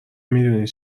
میدونی